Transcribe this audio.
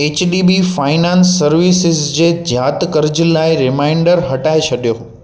H D B finance service जे जात क़र्ज लाइ रिमाइंडर हटाइ छॾियो